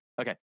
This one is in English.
Okay